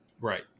right